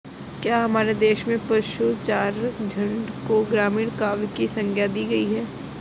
क्या हमारे देश में पशुचारक झुंड को ग्रामीण काव्य की संज्ञा दी गई है?